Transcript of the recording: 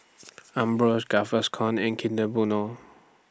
Ambros Gaviscon and Kinder Bueno